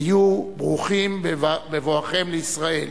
היו ברוכים בבואכם לישראל.